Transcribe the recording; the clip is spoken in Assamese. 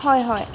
হয় হয়